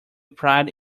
pride